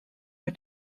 mit